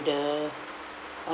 the